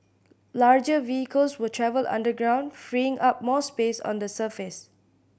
larger vehicles will travel underground freeing up more space on the surface